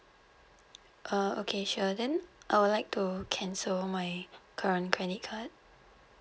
uh okay sure then I would like to cancel my current credit card